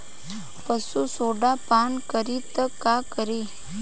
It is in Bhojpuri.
पशु सोडा पान करी त का करी?